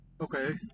Okay